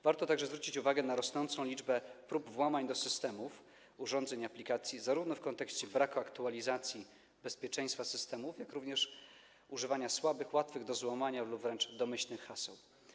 Warto także zwrócić uwagę na rosnącą liczbę prób włamań do systemów, urządzeń i aplikacji zarówno w kontekście braku aktualizacji bezpieczeństwa systemów, jak i używania słabych, łatwych do złamania lub wręcz domyślnych haseł.